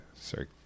Sorry